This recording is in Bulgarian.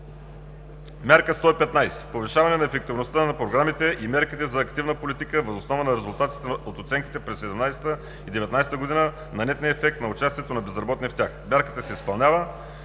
Мярка 115: Повишаване на ефективността на програмите и мерките за активна политика въз основа на резултатите от оценките през 2017 и 2019 г. на нетния ефект на участието на безработните в тях – мярката се изпълнява.